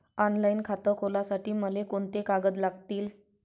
Online खातं खोलासाठी मले कोंते कागद लागतील?